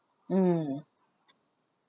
mm